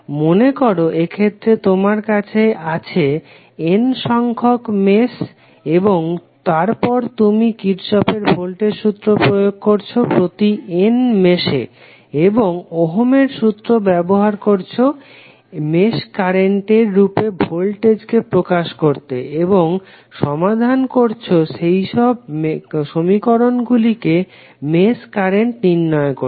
মনেকর এক্ষেত্রে তোমার কাছে n সংখ্যক মেশ আছে এবং তারপর তুমি কির্শফের ভোল্টেজ সূত্র প্রয়োগ করছো প্রতি n মেশে এবং ওহমের সূত্র ব্যবহার করছো মেশ কারেন্টের রূপে ভোল্টেজকে প্রকাশ করতে এবং সমাধান করছো সেইসব সমীকরণগুলিকে মেশ কারেন্ট নির্ণয় করতে